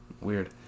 Weird